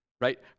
right